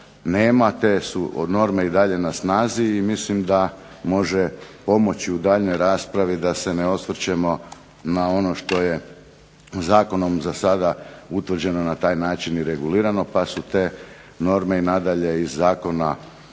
te su norme i dalje na snazi i mislim da može pomoći u daljnjoj raspravi da se ne osvrćemo na ono što je zakonom za sada utvrđeno na taj način i regulirano, pa su te norme i nadalje iz Zakona